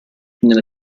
nella